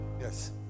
Yes